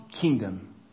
kingdom